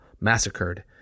massacred